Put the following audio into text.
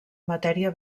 matèria